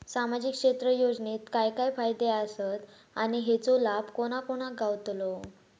सामजिक क्षेत्र योजनेत काय काय फायदे आसत आणि हेचो लाभ कोणा कोणाक गावतलो?